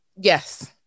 Yes